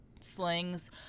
slings